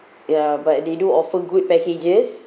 ya but they do offer good packages